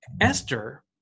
Esther